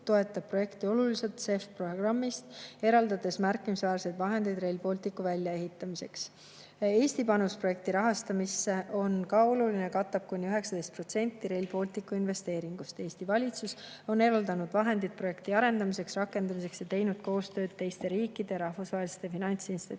toetab projekti oluliselt CEF-programmi raames, eraldades märkimisväärseid vahendeid Rail Balticu väljaehitamiseks. Eesti panus projekti rahastamisse on ka oluline, see katab kuni 19% Rail Balticu investeeringust. Eesti valitsus on eraldanud vahendid projekti arendamiseks ja rakendamiseks ning teinud koostööd teiste riikide ja rahvusvaheliste finantsinstitutsioonidega,